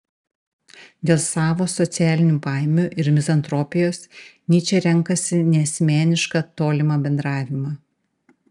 dėl savo socialinių baimių ir mizantropijos nyčė renkasi neasmenišką tolimą bendravimą